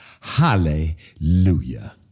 Hallelujah